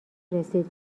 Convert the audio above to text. رسید